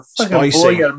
Spicy